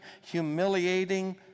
humiliating